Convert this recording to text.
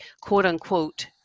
quote-unquote